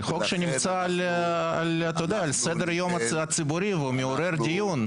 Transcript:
זה חוק שנמצא על סדר היום הציבורי והוא מעורר דיון.